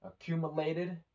accumulated